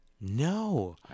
No